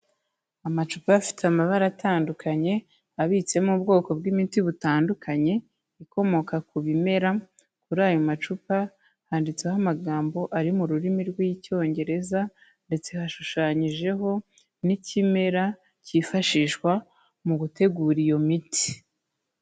Amacupa afite amabara atandukanye, abitsemo ubwoko bw'imiti butandukanye ikomoka ku bimera, kuri ayo macupa handitseho amagambo ari mu rurimi rw'Icyongereza ndetse hashushanyijeho n'ikimera cyifashishwa mu gutegura iyo miti.